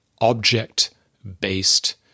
object-based